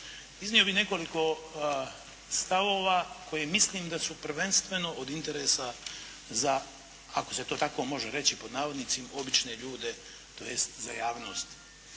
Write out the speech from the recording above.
iznio bih nekoliko stavova koje mislim da su prvenstveno od interesa za, ako se to tako može reći pod navodnicima "obične ljude", tj. za javnost.